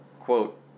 quote